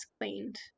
cleaned